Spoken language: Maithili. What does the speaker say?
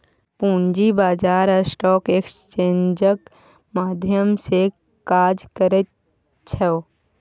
पूंजी बाजार स्टॉक एक्सेन्जक माध्यम सँ काज करैत छै